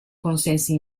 consensi